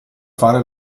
fare